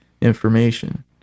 information